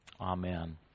Amen